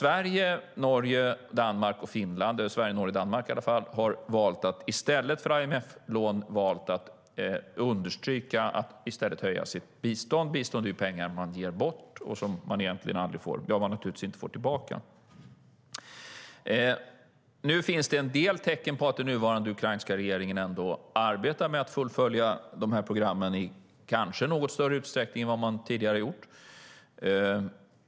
Sverige, Norge, Danmark och Finland, eller i varje fall Sverige, Norge och Danmark har därför valt att i stället för IMF-lån understryka att man höjer sitt bistånd - bistånd är pengar som man ger bort och som man inte får tillbaka. Det finns en del tecken på att den nuvarande ukrainska regeringen ändå arbetar med att fullfölja programmen i kanske något större utsträckning än man tidigare har gjort.